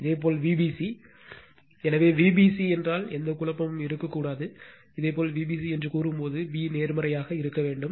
இதேபோல் Vbc எனவே Vbc என்றால் எந்த குழப்பமும் இருக்கக்கூடாது இதேபோல் Vbc என்று கூறும்போது b நேர்மறையாக இருக்க வேண்டும்